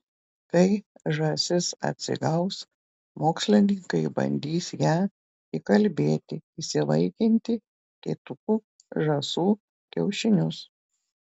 kai žąsis atsigaus mokslininkai bandys ją įkalbėti įsivaikinti kitų žąsų kiaušinius